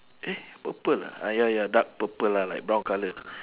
eh purple ah ah ya ya dark purple lah like brown colour